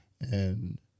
And-